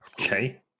okay